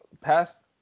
past